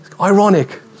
Ironic